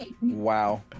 wow